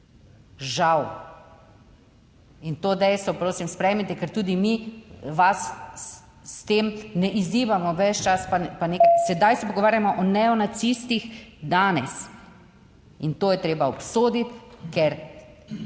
Žal in to dejstvo prosim sprejmite, ker tudi mi vas s tem ne izzivamo ves čas, pa ne sedaj, se pogovarjamo o neonacistih danes in to je treba obsoditi, ker